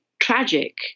tragic